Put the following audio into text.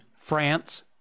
France